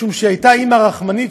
משום שהיא הייתה אימא רחמנית,